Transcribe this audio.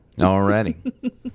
already